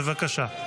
בבקשה.